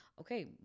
okay